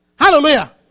Hallelujah